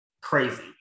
crazy